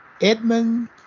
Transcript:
Edmund